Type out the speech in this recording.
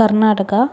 Karnataka